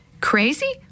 Crazy